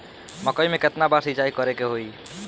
मकई में केतना बार सिंचाई करे के होई?